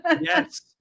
Yes